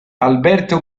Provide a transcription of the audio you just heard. alberto